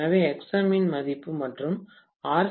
எனவே எக்ஸ்எம்மின் மதிப்பு மற்றும் ஆர்